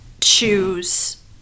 choose